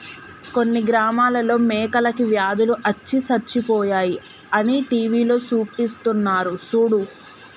కొన్ని గ్రామాలలో మేకలకి వ్యాధులు అచ్చి సచ్చిపోయాయి అని టీవీలో సూపిస్తున్నారు సూడు